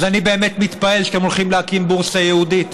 אז אני באמת מתפעל שאתם הולכים להקים בורסה ייעודית,